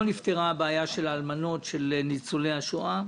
לא נפתרה גם הבעיה של האלמנות של ניצולי השואה.